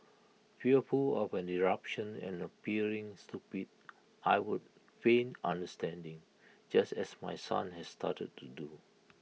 fearful of an eruption and appearing stupid I would feign understanding just as my son has started to do